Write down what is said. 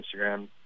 Instagram